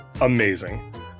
Amazing